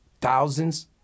thousands